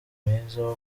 mwiza